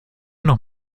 noch